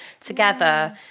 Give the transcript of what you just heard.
together